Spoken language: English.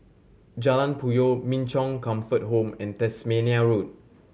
Jalan Puyoh Min Chong Comfort Home and Tasmania Road